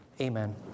Amen